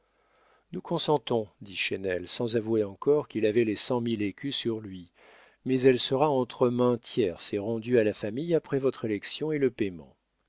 nous consentons dit chesnel sans avouer encore qu'il avait les cent mille écus sur lui mais elle sera entre mains tierces et rendue à la famille après votre élection et le payement